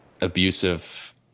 abusive